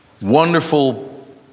wonderful